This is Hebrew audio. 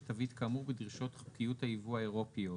תווית כאמור בדרישות חוקיות היבוא האירופיות.